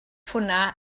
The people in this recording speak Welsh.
hwnna